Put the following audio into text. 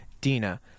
Dina